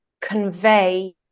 convey